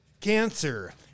cancer